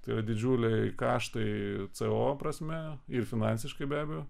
tai yra didžiuliai kaštai co prasme ir finansiškai be abejo